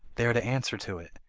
they are to answer to it.